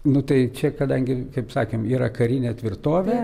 nu tai čia kadangi kaip sakėm yra karinė tvirtovė